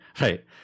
right